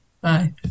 Bye